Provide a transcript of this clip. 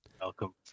Welcome